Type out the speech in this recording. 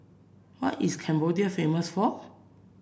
what is Cambodia famous for